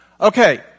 Okay